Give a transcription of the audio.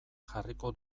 jarriko